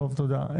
תודה.